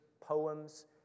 poems